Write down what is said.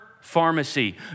pharmacy